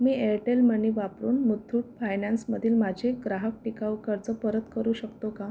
मी Airtel money वापरून मुथ्थूट फायनान्समधील माझे ग्राहक टिकाऊ कर्ज परत करू शकतो का